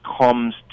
comes